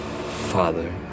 father